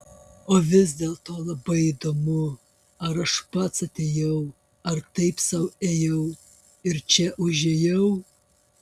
o vis dėlto labai įdomu ar aš pats atėjau ar taip sau ėjau ir čia užėjau